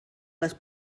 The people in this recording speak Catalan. les